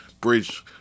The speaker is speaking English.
Bridge